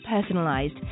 personalized